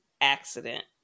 accident